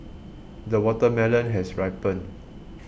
the watermelon has ripened